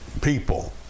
people